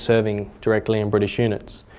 serving directly in british units.